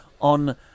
on